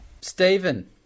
Stephen